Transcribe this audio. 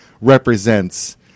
represents